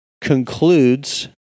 concludes